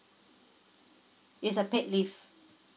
it's a paid leave